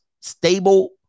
stable